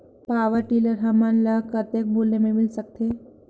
Power tiller हमन ल कतेक मूल्य मे मिल सकथे?